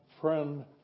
friend